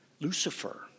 Lucifer